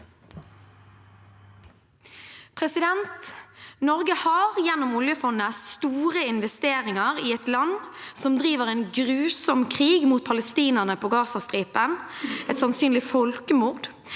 Norge har gjennom oljefondet store investeringer i et land som driver en grusom krig mot palestinerne på Gazastripen, et sannsynlig folkemord